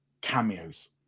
cameos